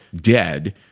dead